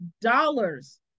dollars